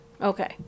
Okay